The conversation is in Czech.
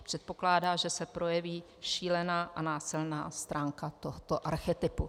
Předpokládá, že se projeví šílená a násilná stránka tohoto archetypu.